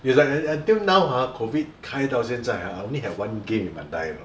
it's like I I until now !huh! COVID 开到现在 ah I only have one game in Mandai you know